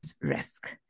risk